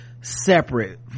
separate